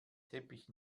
teppich